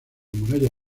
muralla